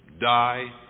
die